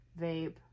vape